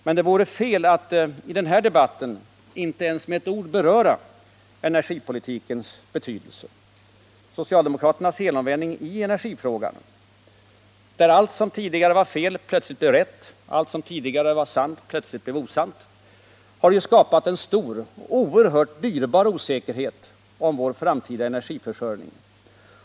Men det vore fel att i denna debatt inte ens med ett ord beröra energipolitikens betydelse. Socialdemokraternas helomvändning i energifrågan — där allt som tidigare varit fel plötsligt blev rätt, allt som tidigare varit sant plötsligt blev osant — har ju skapat stor och oerhört dyrbar osäkerhet om vår framtida energiförsörjning.